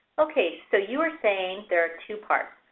ok, so you are saying there are two parts.